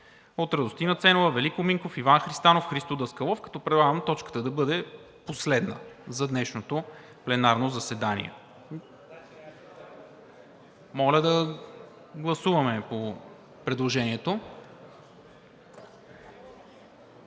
от Радостина Ценова, Велико Минков, Иван Христанов и Христо Даскалов, като предлагам точката да бъде последна за днешното пленарно заседание. Моля да гласуваме предложението.